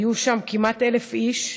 היו שם כמעט 1,000 איש.